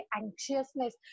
anxiousness